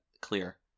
clear